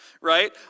right